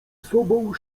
sobą